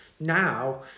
Now